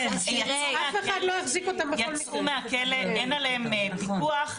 אין עליהם פיקוח,